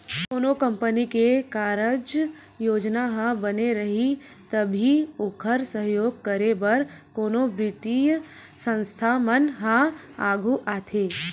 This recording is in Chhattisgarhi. कोनो कंपनी के कारज योजना ह बने रइही तभी ओखर सहयोग करे बर कोनो बित्तीय संस्था मन ह आघू आथे